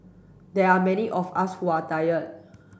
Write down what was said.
there are many of us who are tired